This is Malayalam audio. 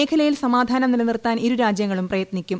മേഖലയിൽ സമാധാനം നിലനിർത്താൻ ഇരു രാജ്യങ്ങളും പ്രയത്നിക്കും